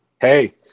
Hey